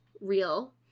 real